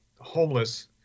homeless